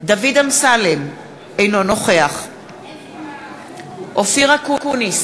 דוד אמסלם, אינו נוכח אופיר אקוניס,